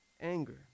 anger